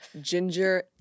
ginger